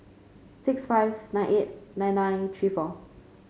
six five nine eight nine nine three four